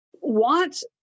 want